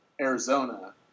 Arizona